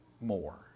more